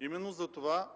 Именно затова